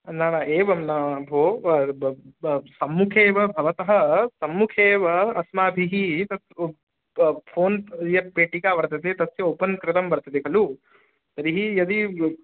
न न एवं न भोः सम्मुखे एव भवतः सम्मुखे एव अस्माभिः तत् फ़ोन् यत् पेटिका वर्तते तस्य ओपन् कृतं वर्तते खलु तर्हि यदि